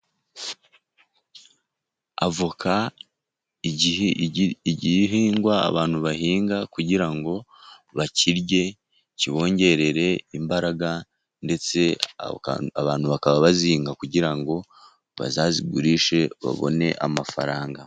Avoka, igihingwa abantu bahinga kugira ngo bakirye, kibongerere imbaraga ndetse abantu bakaba bazihinga, kugira ngo bazazigurishe babone amafaranga.